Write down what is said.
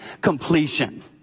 completion